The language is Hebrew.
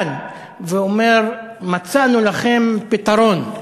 כאן, ואומר: מצאנו לכם פתרון,